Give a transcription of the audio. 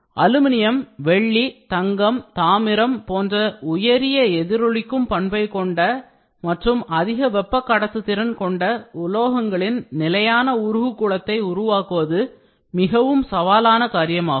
aluminium வெள்ளி தங்கம் தாமிரம் போன்ற உயரிய எதிரொலிக்கும் பண்பை கொண்ட மற்றும் அதிக வெப்ப கடத்து திறன் கொண்ட உலோகங்களில் நிலையான உருகு குளத்தை உருவாக்குவது மிகவும் சவாலான காரியமாகும்